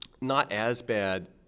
not-as-bad